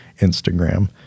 Instagram